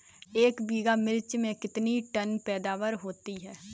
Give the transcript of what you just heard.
एक बीघा मिर्च में कितने टन पैदावार होती है?